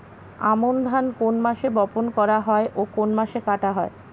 আমন ধান কোন মাসে বপন করা হয় ও কোন মাসে কাটা হয়?